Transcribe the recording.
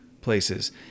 places